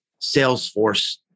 Salesforce